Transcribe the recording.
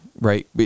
right